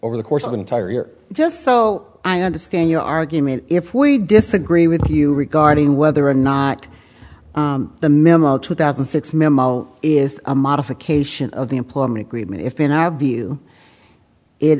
over the course of an entire year just so i understand your argument if we disagree with you regarding whether or not the memo two thousand and six memo is a modification of the employment agreement if in our view it